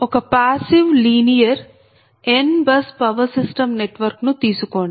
ఒక passive linear n bus power system network ను తీసుకోండి